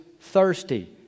thirsty